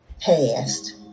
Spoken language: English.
past